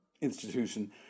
institution